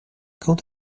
quand